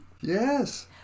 Yes